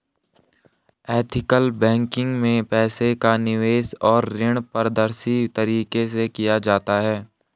ethical banking में पैसे का निवेश और ऋण पारदर्शी तरीके से किया जाता है